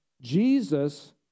Jesus